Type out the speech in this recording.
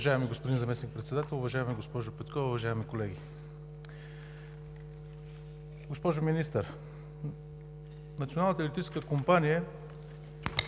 Уважаеми господин Заместник-председател, уважаема госпожо Петкова, уважаеми колеги! Госпожо Министър, Националната електрическа компания